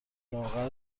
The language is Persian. لاغر